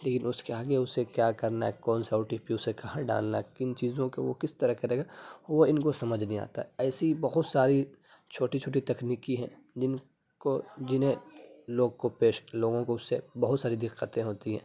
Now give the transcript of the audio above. لیکن اس کے آگے اسے کیا کرنا ہے کون سا او ٹی پی اسے کہاں ڈالنا ہے کن چیزوں کا وہ کس طرح کرے گا وہ ان کو سمجھ نہیں آتا ہے ایسی بہت ساری چھوٹی چھوٹی تکنیکی ہیں جن کو جنہیں لوگ کو پیش لوگوں کو اس سے بہت ساری دقتیں ہوتی ہیں